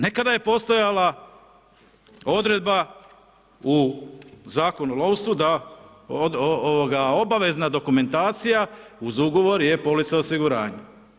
Nekada je postojala Odredba u Zakonu o lovstvu, da obavezna dokumentacija uz Ugovor je polica osiguranja.